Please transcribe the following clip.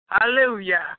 Hallelujah